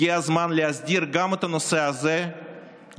הגיע הזמן להסדיר גם את הנושא הזה וליצור